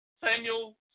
Samuel